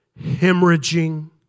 hemorrhaging